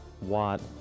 Watt